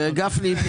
גפני,